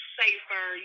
safer